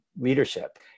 leadership